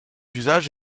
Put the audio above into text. usage